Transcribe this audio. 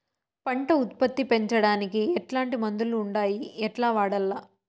పంట ఉత్పత్తి పెంచడానికి ఎట్లాంటి మందులు ఉండాయి ఎట్లా వాడల్ల?